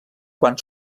quan